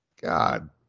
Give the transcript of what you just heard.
God